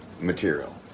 material